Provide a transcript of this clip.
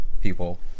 people